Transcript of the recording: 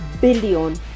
billion